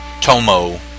Tomo